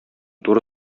туры